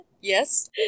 yes